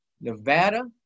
Nevada